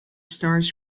starz